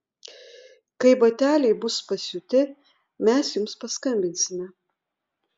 kai bateliai bus pasiūti mes jums paskambinsime